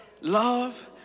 Love